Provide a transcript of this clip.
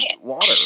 water